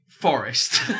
Forest